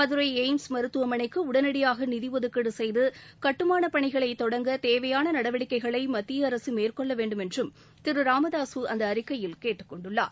Madurai AIIMS மருத்துவமனைக்கு உடனடியாக நிதி ஒதுக்கீடு செய்து கட்டுமானப்பணிகளை தொடங்க தேவையான நடவடிக்கைகளை மத்திய அரசு மேற்கொள்ள வேண்டும் என்றும் திரு ராமதாஸ் அந்த அறிக்கையில் கேட்டுக்கொண்டுள்ளார்